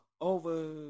over